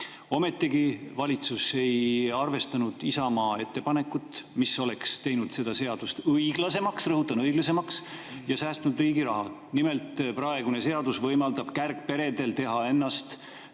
Ometigi valitsus ei arvestanud Isamaa ettepanekut, mis oleks teinud seda seadust õiglasemaks – rõhutan, õiglasemaks! – ja säästnud riigi raha. Nimelt, praegune seadus võimaldab kärgperedel teha ennast